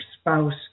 spouse